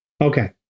okay